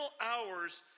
hours